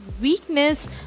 weakness